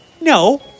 No